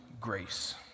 grace